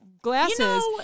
Glasses